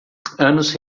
anos